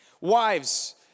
Wives